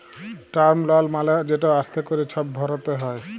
term লল মালে যেট আস্তে ক্যরে ছব ভরতে হ্যয়